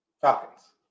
Falcons